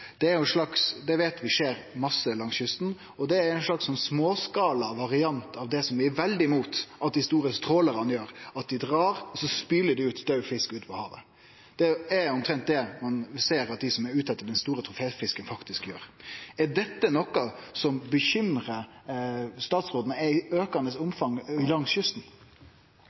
Det er ein slags småskalavariant av det vi er veldig imot at dei store trålarane gjer – at dei dreg opp og så spyler daud fisk ut i havet. Det er omtrent det ein ser at dei som er ute etter den store troféfisken, faktisk gjer. Er det aukande omfanget av dette langs kysten noko som bekymrar statsråden? Ja, det er jo noe av grunnen til at vi ønsker å få dette inn i